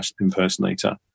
impersonator